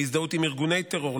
להזדהות עם ארגוני טרור,